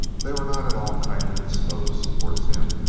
they were not at all kindly disposed towards him.